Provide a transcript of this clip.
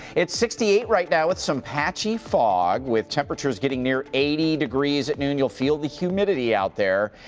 it's sixty eight right now with so patchy fog, with temperatures getting near eighty degrees at noon, you'll feel the humidity out there.